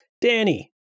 Danny